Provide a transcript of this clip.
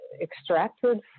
extracted